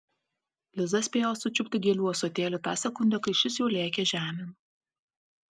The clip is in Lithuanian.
liza spėjo sučiupti gėlių ąsotėlį tą sekundę kai šis jau lėkė žemėn